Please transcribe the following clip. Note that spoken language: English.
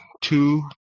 two